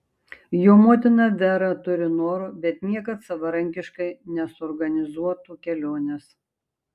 jo motina vera turi noro bet niekad savarankiškai nesuorganizuotų kelionės